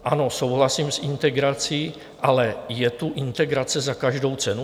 Ano, souhlasím s integrací, ale je tu integrace za každou cenu?